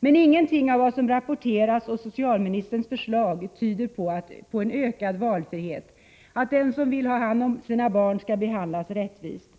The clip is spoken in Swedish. Men ingenting av vad som rapporteras om socialministerns förslag tyder på en ökad valfrihet, att den som själv vill ta hand om sina barn skall behandlas rättvist.